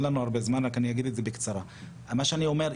מה שאני אומר,